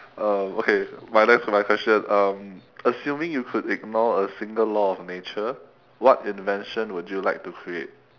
um okay my next to my question um assuming you could ignore a single law of nature what invention would you like to create